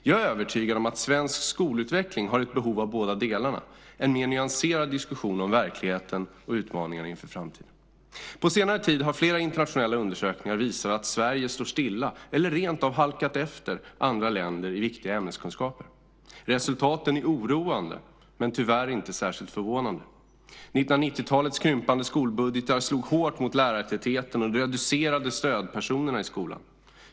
Jag är övertygad om att svensk skolutveckling har ett behov av båda delarna och en mer nyanserad diskussion om verkligheten och utmaningarna inför framtiden. På senare tid har flera internationella undersökningar visat att Sverige står stilla eller rentav halkar efter andra länder i viktiga ämneskunskaper. Resultaten är oroande men tyvärr inte särskilt förvånande. 1990-talets krympande skolbudgetar slog hårt mot lärartätheten och reducerade stödpersonerna i skolan.